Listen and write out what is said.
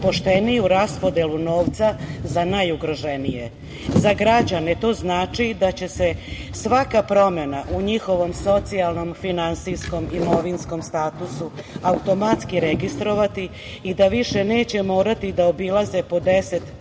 pošteniju raspodelu novca za najugroženije. Za građane to znači da će se svaka promena u njihovom socijalnom, finansijskom, imovinskom statusu, automatski registrovati i da više neće morati da obilaze po